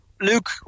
Luke